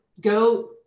go